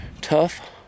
tough